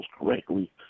correctly